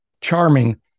charming